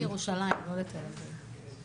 הוא נסע לירושלים, לא לתל אביב.